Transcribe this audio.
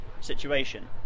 situation